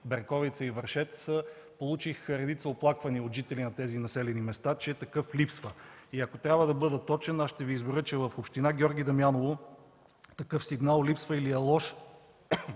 Берковица и Вършец, получих редица оплаквания от жители на тези населени места, че такъв липсва. Ако трябва да бъда точен, ще Ви изброя: - в община Георги Дамяново такъв сигнал липсва или е лош